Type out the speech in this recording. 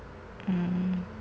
mm